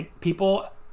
People